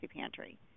Pantry